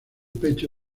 pecho